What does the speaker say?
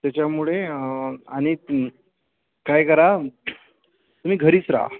त्याच्यामुळे आणि काय करा तुम्ही घरीच राहा